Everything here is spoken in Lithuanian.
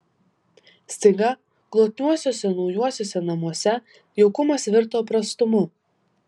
staiga glotniuosiuose naujuosiuose namuose jaukumas virto prastumu